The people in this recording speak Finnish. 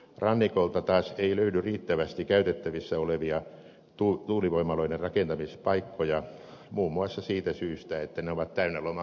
rannikolta taas ei löydy riittävästi käytettävissä olevia tuulivoimaloiden rakentamispaikkoja muun muassa siitä syystä että ne ovat täynnä loma asuntoja